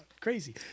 Crazy